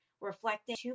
reflecting